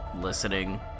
listening